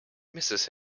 misses